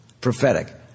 Prophetic